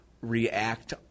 react